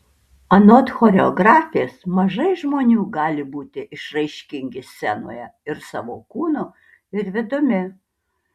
anot choreografės mažai žmonių gali būti išraiškingi scenoje ir savo kūnu ir vidumi